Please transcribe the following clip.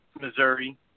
Missouri